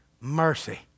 Mercy